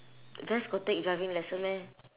ves got take driving lesson meh